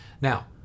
Now